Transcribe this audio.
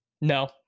No